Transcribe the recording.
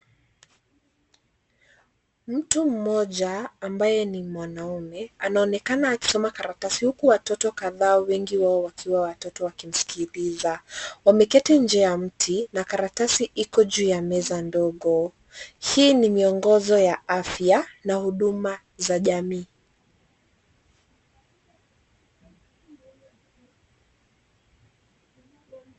Mtu mmoja ambaye ni mwanaume, anaonekana akisoma karatasi huku watoto kadhaa, wengi wao wakiwa watoto wakimsikiliza. Wameketi nje ya mti na karatasi iko juu ya meza ndogo. Hii ni miongozo ya afya na huduma za jamii.